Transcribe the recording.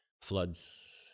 floods